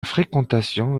fréquentation